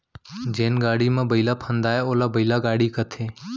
जेन गाड़ी म बइला फंदाये ओला बइला गाड़ी कथें